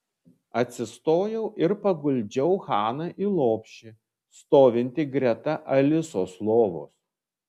atsistojau ir paguldžiau haną į lopšį stovintį greta alisos lovos